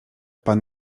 pan